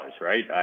right